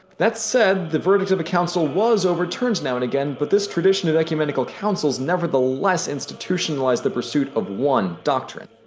that said, the verdict of the council was overturned now and again, but this tradition of ecumenical councils nevertheless institutionalized the pursuit of one doctrine.